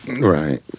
right